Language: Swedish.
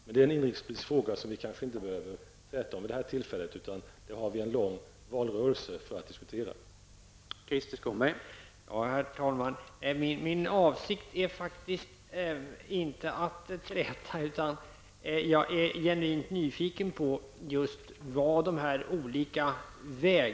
Men det är en inrikespolitisk fråga som vi kanske inte behöver träta om vid detta tillfälle, utan vi har en lång valrörelse framför oss då vi kan diskutera detta.